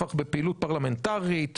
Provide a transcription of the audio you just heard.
נפח בפעילות פרלמנטרית,